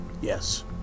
yes